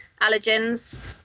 allergens